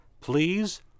Please